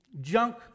junk